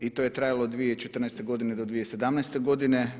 I to je trajalo od 2014. godine do 2017. godine.